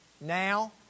Now